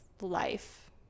life